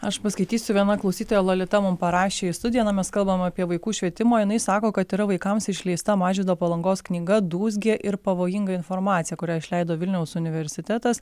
aš paskaitysiu viena klausytoja lolita mum parašė į studiją na mes kalbam apie vaikų švietimą o jinai sako kad yra vaikams išleista mažvydo palangos knyga dūzgė ir pavojinga informacija kurią išleido vilniaus universitetas